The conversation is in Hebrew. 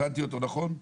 הבנתי אותו נכון?